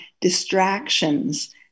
distractions